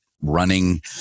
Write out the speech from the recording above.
running